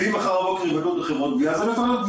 ואם מחר בבוקר- -- גבייה עצמאית.